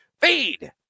feed